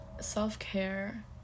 self-care